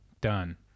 Done